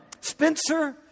Spencer